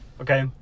okay